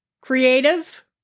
creative